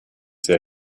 sehr